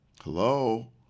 Hello